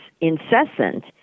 incessant